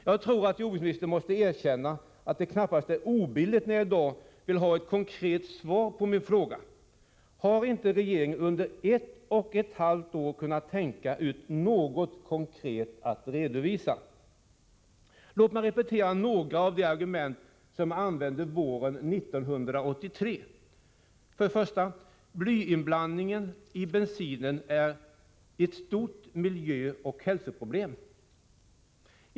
Jag tror att jordbruksministern måste erkänna att det knappast är obilligt när jag i dag vill ha ett konkret svar på min fråga. Har regeringen under ett och ett halvt år inte kunnat redovisa något konkret? Låt mig repetera några av de argument som jag anförde våren 1983. 1. Blyinblandningen i bensinen är ett stort miljöoch hälsoproblem. 2.